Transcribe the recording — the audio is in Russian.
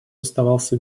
оставался